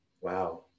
Wow